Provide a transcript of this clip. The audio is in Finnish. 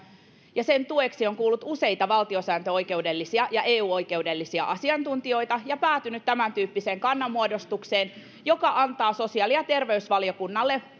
ja sen tueksi on kuullut useita valtiosääntöoikeudellisia ja eu oikeudellisia asiantuntijoita ja päätynyt tämäntyyppiseen kannanmuodostukseen joka antaa sosiaali ja terveysvaliokunnalle